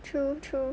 true true